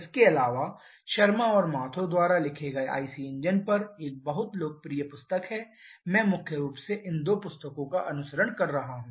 इसके अलावा शर्मा और माथुर द्वारा लिखे गए आईसी इंजन पर एक बहुत लोकप्रिय पुस्तक है मैं मुख्य रूप से इन दो पुस्तकों का अनुसरण कर रहा हूं